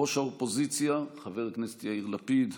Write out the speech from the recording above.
ראש האופוזיציה חבר הכנסת יאיר לפיד,